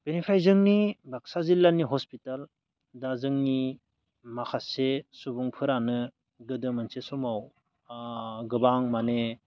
बेनिफ्राय जोंनि बाक्सा जिल्लानि हस्पिटाल दा जोंनि माखासे सुबुंफोरानो गोदो मोनसे समाव गोबां माने